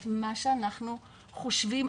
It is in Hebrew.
את מה שאנחנו חושבים,